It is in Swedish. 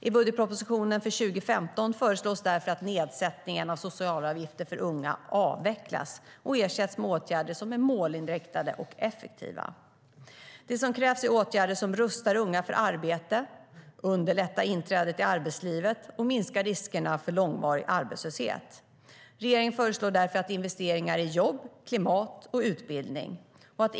I budgetpropositionen för 2015 föreslås därför att nedsättningen av socialavgifterna för unga ska avvecklas och ersättas med åtgärder som är målinriktade och effektiva. Det som krävs är åtgärder som rustar unga för arbete, underlättar inträdet i arbetslivet och minskar riskerna för långvarig arbetslöshet. Regeringen föreslår därför investeringar i jobb, klimat och utbildning.